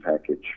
package